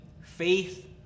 faith